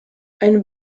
ein